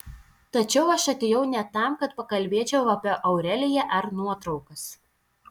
tačiau aš atėjau ne tam kad pakalbėčiau apie aureliją ar nuotraukas